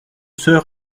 sœurs